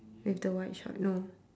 with the white short no